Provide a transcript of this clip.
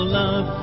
love